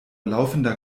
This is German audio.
laufender